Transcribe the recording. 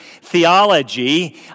theology